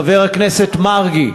חבר הכנסת מרגי,